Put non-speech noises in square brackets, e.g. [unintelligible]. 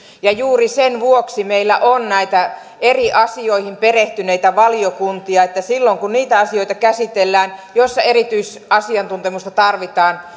ja juuri sen vuoksi meillä on näitä eri asioihin perehtyneitä valiokuntia että silloin kun niitä asioita käsitellään joissa erityis asiantuntemusta tarvitaan [unintelligible]